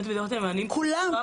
דיברתי על מענים --- כולם,